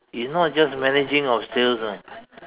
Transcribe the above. it not just managing of sales [one]